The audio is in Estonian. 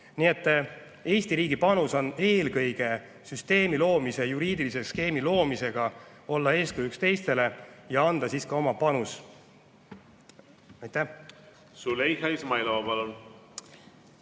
Nii et Eesti riigi panus on eelkõige süsteemi loomise, juriidilise skeemi loomisega olla eeskujuks teistele ja anda oma panus. Aitäh!